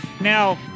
Now